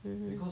mm